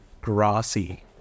grassy